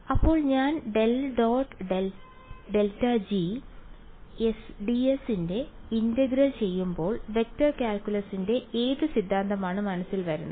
അപ്പോൾ ഞാൻ ∇·∇G ds ന്റെ ഇന്റഗ്രൽ ചെയ്യുമ്പോൾ വെക്റ്റർ കാൽക്കുലസിന്റെ ഏത് സിദ്ധാന്തമാണ് മനസ്സിൽ വരുന്നത്